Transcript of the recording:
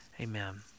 Amen